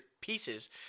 pieces